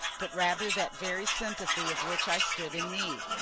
but rather that very sympathy of which i stood in need.